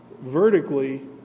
Vertically